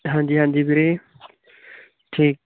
ਹਾਂਜੀ ਹਾਂਜੀ ਵੀਰੇ ਠੀਕ